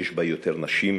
יש בה יותר נשים,